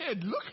Look